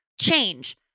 change